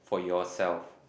for yourself